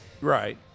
Right